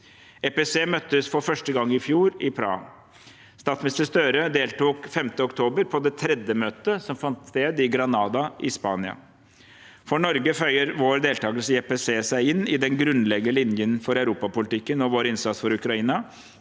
EPC møttes for første gang i fjor, i Praha. Statsminister Støre deltok 5. oktober på det tredje møtet, som fant sted i Granada i Spania. For Norge føyer vår deltakelse i EPC seg inn i den grunnleggende linjen for europapolitikken og vår innsats for Ukraina: